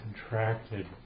contracted